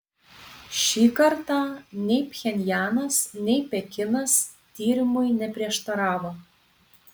šį kartą nei pchenjanas nei pekinas tyrimui neprieštaravo